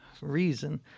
reason